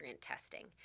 testing